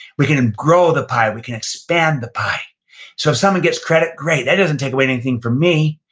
we can and grow the pie, we can expand the pie. so if someone gets credit, great. that doesn't take away anything from me.